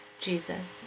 Jesus